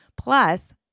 plus